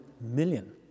million